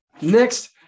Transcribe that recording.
Next